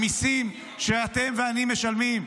המיסים שאתם ואני משלמים,